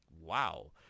wow